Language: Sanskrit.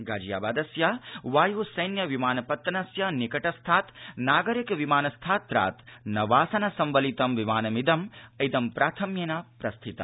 गाजियाबादस्य वायसैन्य विमान पत्तनस्य निकटस्थात नागरिक विमानस्थात्रात् नवासनसंवलितं विमानमिदमैदं प्राथम्येन प्रस्थितम्